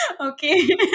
okay